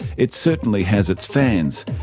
it certainly has its fans.